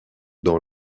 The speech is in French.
dans